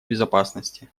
безопасности